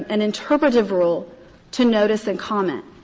an interpretative rule to notice and comment.